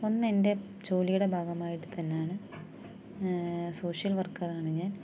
ഒന്ന് എൻ്റെ ജോലിയുടേ ഭാഗമായിട്ട് തന്നെയാണ് സോഷ്യൽ വർക്കാറാണ് ഞാൻ